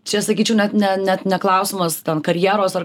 čia sakyčiau net ne net ne klausimas ten karjeros ar